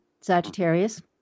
Sagittarius